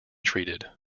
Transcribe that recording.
treated